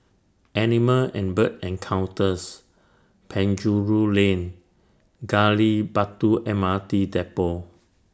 Animal and Bird Encounters Penjuru Lane Gali Batu M R T Depot